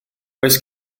oes